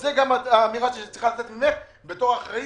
זו גם אמירה שצריכה לצאת ממך בתור אחראית,